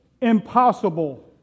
impossible